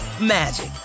magic